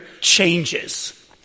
changes